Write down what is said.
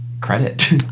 credit